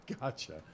Gotcha